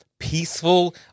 Peaceful